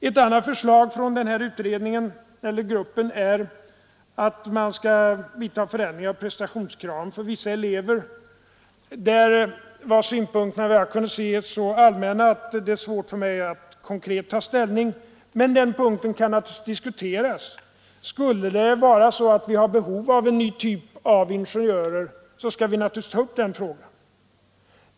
Ett annat förslag från gruppen är att man skall vidta förändringar av prestationskraven för vissa elever. Därvidlag var synpunkterna, vad jag kunde se, så allmänna att det är svårt för mig att konkret ta ställning, men den punkten kan naturligtvis diskuteras. Skulle vi ha behov av en ny typ av ingenjörer skall vi naturligtvis ta upp den frågan.